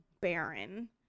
barren